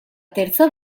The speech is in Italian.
terza